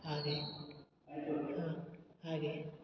ಹಾಗೆ ಹಾಗೆ